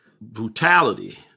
brutality